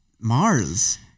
Mars